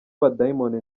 abadayimoni